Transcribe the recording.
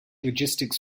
logistics